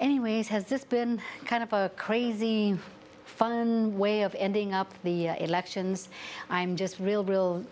anyways has this been kind of a crazy fun way of ending up the elections i'm just real real